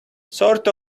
sort